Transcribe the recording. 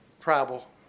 travel